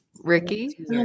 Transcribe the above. Ricky